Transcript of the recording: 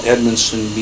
Edmondson